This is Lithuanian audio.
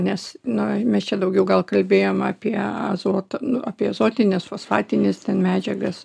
nes na mes čia daugiau gal kalbėjom apie azotą apie azotines fosfatines ten medžiagas